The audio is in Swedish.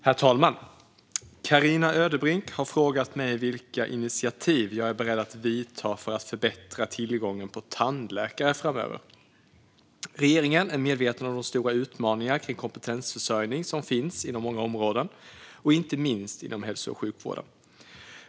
Herr talman! Carina Ödebrink har frågat mig vilka initiativ jag är beredd att ta för att förbättra tillgången på tandläkare framöver. Regeringen är medveten om de stora utmaningar kring kompetensförsörjning som finns inom många områden och inte minst inom hälso och sjukvården.